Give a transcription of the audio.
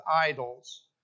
idols